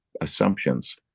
assumptions